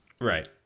Right